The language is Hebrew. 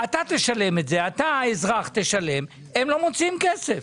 אתה האזרח תשלם והם לא מוציאים כסף.